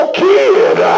kid